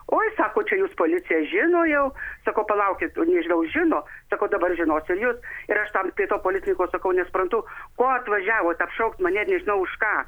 oi sako čia jus policija žino jau sakau palaukit o nežinau žino sakau dabar žinosiu ir jus ir aš tam prie to policininko sakau nesuprantu ko atvažiavot apšaukt mane ir nežinau už ką